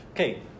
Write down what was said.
Okay